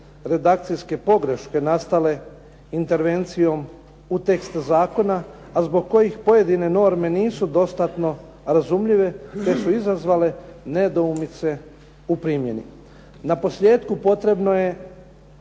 redakcijske pogreške nastale intervencijom u tekstu zakona, a zbog kojeg pojedine norme nisu dostatno razumljive, te su izazvale nedoumice u primjeni. Naposljetku potrebno je